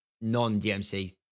non-dmc